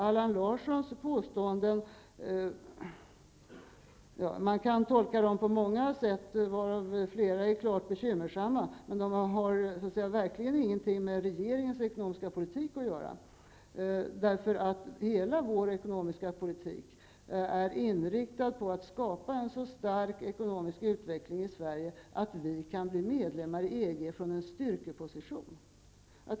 Allan Larssons påståenden kan man tolka på många sätt, varav flera är klart bekymmersamma, men de har verkligen ingenting med regeringens ekonomiska politik att göra. Hela vår ekonomiska politik är inriktad på att skapa en så stark ekonomisk utveckling i Sverige att vi kan bli medlemmar i EG från en styrkeposition.